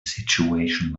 situation